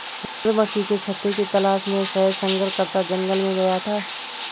मधुमक्खी के छत्ते की तलाश में शहद संग्रहकर्ता जंगल में गया था